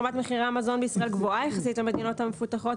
רמת מחירי המזון בישראל גבוהה יחסית למדינות המפותחות,